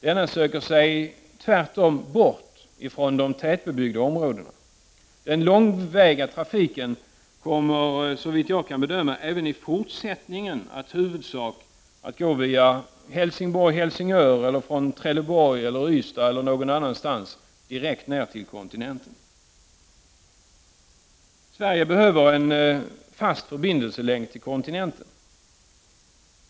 Denna söker sig tvärtom bort ifrån tätbebyggda områden. Den långväga trafiken kommer, såvitt jag kan bedöma, även i fortsättningen i huvudsak att gå via Helsingborg-Helsingör eller från Trelleborg eller Ystad direkt till kontinenten. 45 Sverige behöver en fast förbindelselänk till kontinenten.